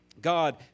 God